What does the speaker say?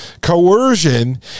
coercion